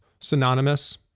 synonymous